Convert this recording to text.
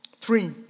Three